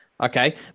okay